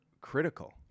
critical